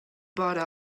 bore